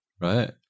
right